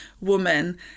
woman